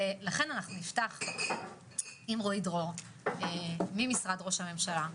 לכן, אנחנו נפתח עם רועי דרור, ממשרד ראש הממשלה.